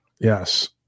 Yes